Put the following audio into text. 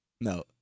No